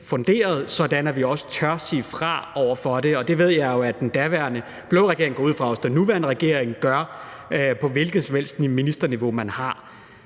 funderet, sådan at vi også tør sige fra over for dem. Og det ved jeg at den daværende blå regering gjorde, og det går jeg også ud fra at den nuværende regering gør på et hvilket som helst ministerniveau, man har.